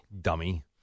Dummy